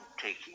taking